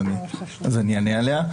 אני אענה עליה.